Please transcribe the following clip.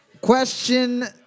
Question